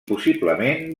possiblement